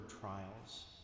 trials